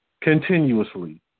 Continuously